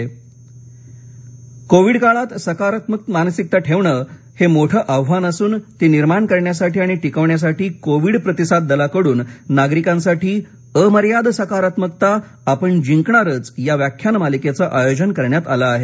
Covid सकारात्मकता Covid काळात सकारात्मक मानसिकता ठेवणं हे मोठं आव्हान असून ती निर्माण करण्यासाठी आणि टिकवण्यासाठी कोविड प्रतिसाद दलाकडून नागरिकांसाठी अमर्याद सकारात्मकता आपण जिंकणारच या व्याख्यान मालिकेचं आयोजन करण्यात आलं आहे